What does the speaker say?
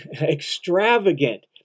extravagant